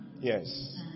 Yes